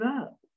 up